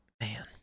man